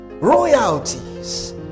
royalties